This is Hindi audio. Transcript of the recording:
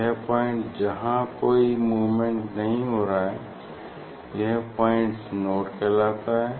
यह पॉइंट जहाँ कोई मूवमेंट नहीं हो रहा यह पॉइंट नोड कहलाता है